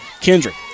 Kendrick